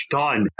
done